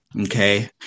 Okay